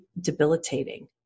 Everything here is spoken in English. debilitating